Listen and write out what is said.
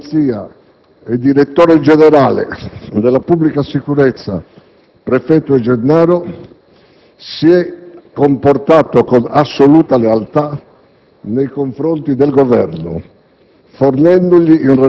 Il Capo della Polizia e direttore generale della Pubblica Sicurezza, prefetto De Gennaro, si è comportato con assoluta lealtà nei confronti del Governo,